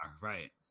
Right